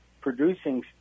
producing